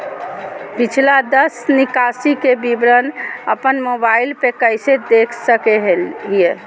पिछला दस निकासी के विवरण अपन मोबाईल पे कैसे देख सके हियई?